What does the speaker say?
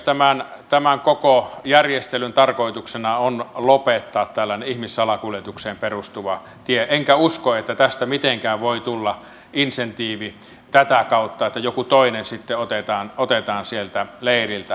tämän koko järjestelyn tarkoituksena on lopettaa tällainen ihmissalakuljetukseen perustuva tie enkä usko että tästä mitenkään voi tulla insentiivi tätä kautta että joku toinen sitten otetaan sieltä leiriltä